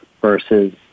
versus